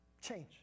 change